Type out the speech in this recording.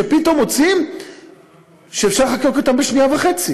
שפתאום מוצאים שאפשר לחוקק אותם בשנייה וחצי,